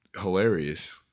hilarious